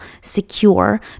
secure